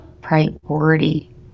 priority